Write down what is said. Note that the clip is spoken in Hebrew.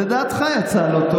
לדעתך יצא לא טוב,